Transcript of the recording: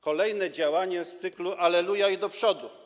Kolejne działanie z cyklu: alleluja i do przodu.